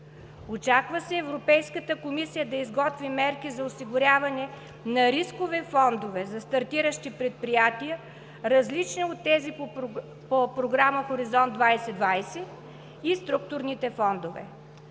Очаква се Европейската комисия да изготви мерки за осигуряване на рискови фондове за стартиращи предприятия, различни от тези по Програма „Хоризонт 20/20“ и структурните фондове.